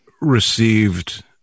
received